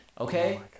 Okay